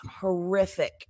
horrific